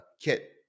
kit